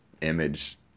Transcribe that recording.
image